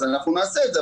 אנחנו נעשה את זה,